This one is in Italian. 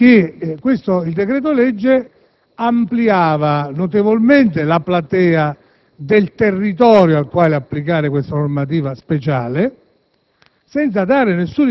la prima, il decreto‑legge ampliava notevolmente la platea del territorio al quale applicare questa normativa speciale,